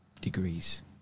degrees